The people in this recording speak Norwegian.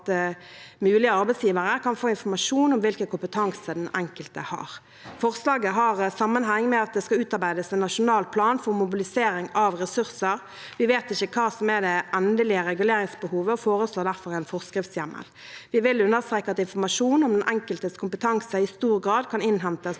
mulige arbeidsgivere kan få informasjon om hvilken kompetanse den enkelte har. Forslaget har sammenheng med at det skal utarbeides en nasjonal plan for mobilisering av ressurser. Vi vet ikke hva som er det endelige reguleringsbehovet, og foreslår derfor en forskriftshjemmel. Vi vil understreke at informasjon om den enkeltes kompetanse i stor grad kan innhentes